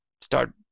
start